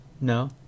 No